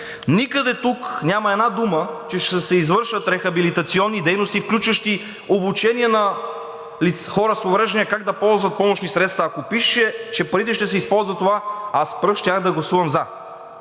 Никъде тук няма една дума, че ще се извършат рехабилитационни дейности, включващи обучение на хора с увреждания как да ползват помощни средства. Ако пишеше, че парите ще се използват за това, аз пръв щях да гласувам за,